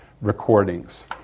recordings